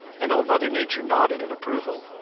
and old mother nature nodded in approval.